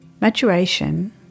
Maturation